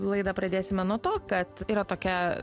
laidą pradėsime nuo to kad yra tokia